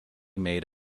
made